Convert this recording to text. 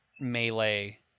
melee